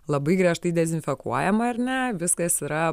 labai griežtai dezinfekuojama ar ne viskas yra